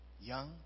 young